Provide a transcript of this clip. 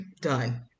done